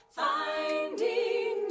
finding